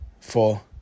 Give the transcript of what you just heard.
four